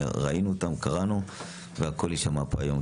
ראינו אותם, קראנו והכול יישמע פה היום.